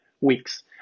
weeks